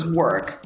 work